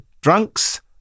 drunks